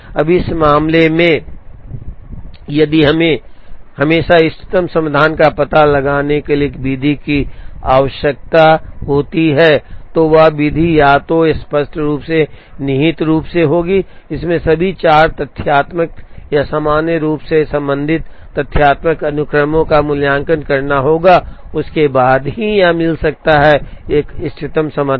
अब इस मामले में यदि हमें हमेशा इष्टतम समाधान का पता लगाने के लिए एक विधि की आवश्यकता होती है तो वह विधि या तो स्पष्ट रूप से या निहित रूप से होगी इसमें सभी 4 तथ्यात्मक या सामान्य रूप से संबंधित तथ्यात्मक अनुक्रमों का मूल्यांकन करना होगा और उसके बाद ही यह मिल सकता है एक इष्टतम समाधान